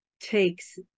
takes